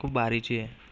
खूप भारीचे आहे